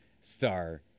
star